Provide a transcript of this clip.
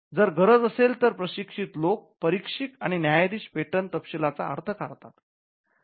जर गरज असेल तर प्रशिक्षित लोकं परीक्षक आणि न्यायाधीश पेटंट तपशीलाचा अर्थ काढतात